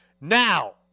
Now